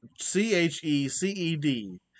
C-H-E-C-E-D